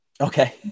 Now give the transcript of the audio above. Okay